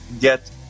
get